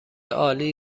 عالی